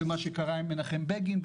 ועם מה שקרה עם מנחם בגין,